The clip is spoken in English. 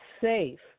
safe